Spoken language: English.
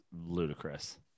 ludicrous